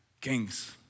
kings